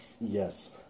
Yes